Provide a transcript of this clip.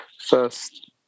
first